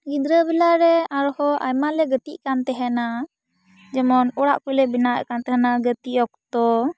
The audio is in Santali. ᱜᱤᱫᱽᱨᱟᱹ ᱵᱮᱞᱟ ᱨᱮ ᱟᱨᱦᱚᱸ ᱟᱭᱢᱟ ᱞᱮ ᱜᱟᱛᱮᱜ ᱠᱟᱱ ᱛᱟᱦᱮᱱᱟ ᱡᱮᱢᱚᱱ ᱚᱲᱟᱜ ᱠᱚᱞᱮ ᱵᱮᱱᱟᱣᱮᱫ ᱠᱟᱱ ᱛᱟᱦᱮᱱᱟ ᱜᱟᱛᱮᱜ ᱚᱠᱛᱚ